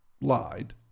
lied